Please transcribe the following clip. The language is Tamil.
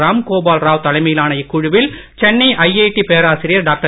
ராம்கோபால் ராவ் தலைமையிலான இக்குழுவில் சென்னை ஐஐடி பேராசிரியர் டாக்டர்